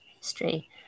history